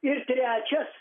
ir trečias